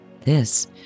This